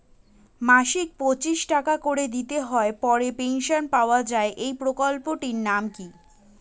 মাসিক পঁচিশ টাকা করে দিতে হয় পরে পেনশন পাওয়া যায় এই প্রকল্পে টির নাম কি?